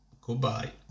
Goodbye